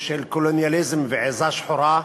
של קולוניאליזם ועִזה שחורה,